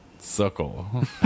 suckle